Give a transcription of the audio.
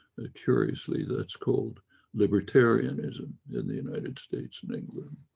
curiously, that's called libertarianism in the united states and england.